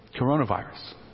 Coronavirus